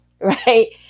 right